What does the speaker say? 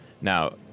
Now